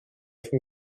from